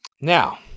Now